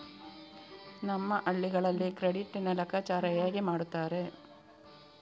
ನಮ್ಮ ಹಳ್ಳಿಗಳಲ್ಲಿ ಕ್ರೆಡಿಟ್ ನ ಲೆಕ್ಕಾಚಾರ ಹೇಗೆ ಮಾಡುತ್ತಾರೆ?